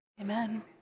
amen